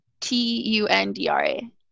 T-U-N-D-R-A